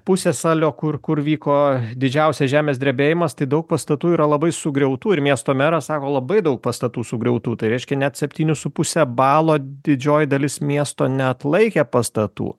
pusiasalio kur kur vyko didžiausias žemės drebėjimas tai daug pastatų yra labai sugriautų ir miesto meras sako labai daug pastatų sugriautų tai reiškia net septynių su puse balo didžioji dalis miesto neatlaikė pastatų